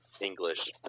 English